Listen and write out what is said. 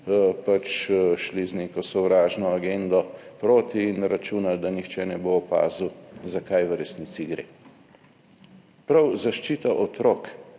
pač šli z neko sovražno agendo proti in računali, da nihče ne bo opazil, za kaj v resnici gre. Prav zaščita otrok